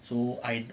so I